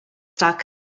stuck